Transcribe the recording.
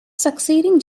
succeeding